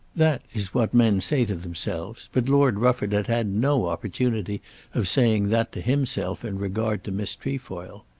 that is what men say to themselves, but lord rufford had had no opportunity of saying that to himself in regard to miss trefoil.